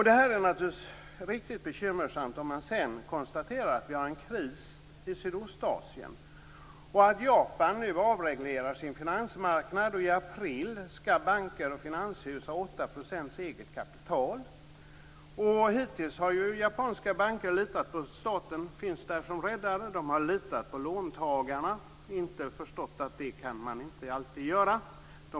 Det här är naturligtvis riktigt bekymmersamt om man sedan konstaterar att vi har en kris i Sydostasien och att Japan nu avreglerar sin finansmarknad. I april skall banker och finanshus ha 8 % eget kapital. Hittills har japanska banker litat på att staten finns där som räddare. De har litat på låntagarna och inte förstått att man inte alltid kan göra det.